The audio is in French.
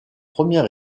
premier